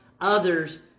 others